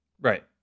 Right